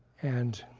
and